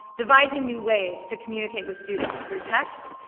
devising new ways to communicate with students through tests,